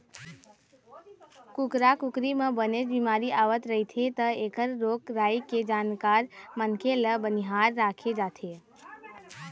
कुकरा कुकरी म बनेच बिमारी आवत रहिथे त एखर रोग राई के जानकार मनखे ल बनिहार राखे जाथे